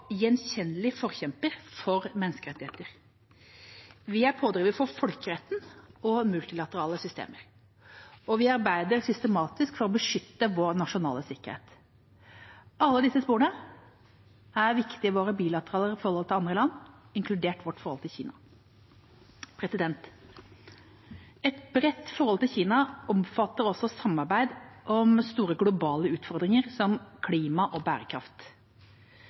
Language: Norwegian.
gjenkjennelig forkjemper for menneskerettigheter. Vi er pådrivere for folkeretten og multilaterale systemer, og vi arbeider systematisk for å beskytte vår nasjonale sikkerhet. Alle disse sporene er viktig i våre bilaterale forhold til andre land, inkludert vårt forhold til Kina. Et bredt forhold til Kina omfatter også samarbeid om store globale utfordringer, som klima og bærekraft,